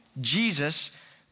Jesus